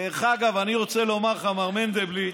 דרך אגב, אני רוצה לומר לך, מר מנדלבליט,